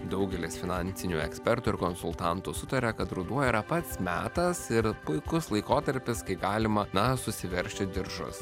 daugelis finansinių ekspertų ir konsultantų sutaria kad ruduo yra pats metas ir puikus laikotarpis kai galima na susiveržti diržus